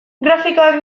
grafikoak